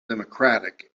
democratic